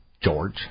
George